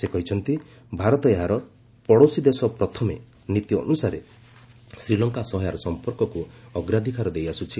ସେ କହିଛନ୍ତି ଭାରତ ଏହାର 'ପଡ଼ୋଶୀ ଦେଶ ପ୍ରଥମେ' ନୀତି ଅନୁସାରେ ଶ୍ରୀଲଙ୍କା ସହ ଏହାର ସମ୍ପର୍କକୁ ଅଗ୍ରାଧିକାର ଦେଇଆସୁଛି